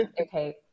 okay